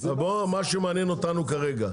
המשטרה,